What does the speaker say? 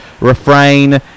refrain